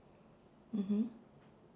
mmhmm